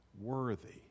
worthy